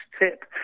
tip